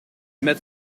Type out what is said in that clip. met